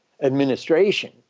administration